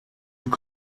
tout